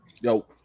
yo